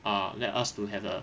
ah let us to have a